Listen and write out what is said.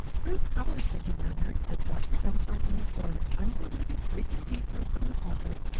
true scholarship, he murmured, as dr. dumfarthing poured undiluted greek and hebrew from the pulpit,